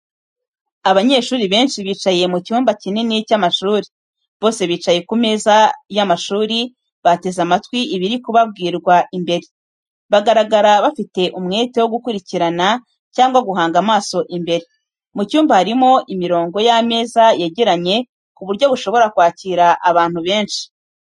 Abanyeshuri benshi bicaye mu cyumba kinini cy’amashuri. Bose bicaye ku meza y’amashuri, bateze amatwi ibiri kubabwirwa imbere. Bagaragara bafite umwete wo gukurikirana cyangwa guhanga amaso imbere. Mu cyumba harimo imirongo y’ameza yegeranye ku buryo bushobora kwakira abantu benshi.